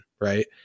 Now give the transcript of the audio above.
right